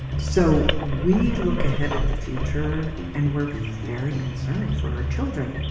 so we look ahead at the future and we're very concerned for our children.